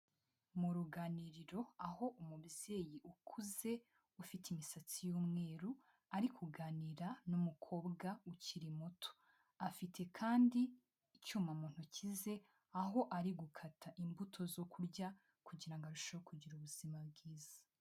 Mu ruganiriro aho umubyeyi ukuze ufite imisatsi y'umweru ari kuganira n'umukobwa ukiri muto, afite kandi icyuma mu ntoki ze aho ari gukata imbuto zo kurya kugirango arusheho kugira ubuzima bwiza.